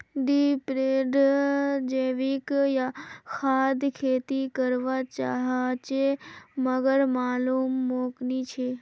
दीपेंद्र जैविक खाद खेती कर वा चहाचे मगर मालूम मोक नी छे